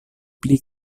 pli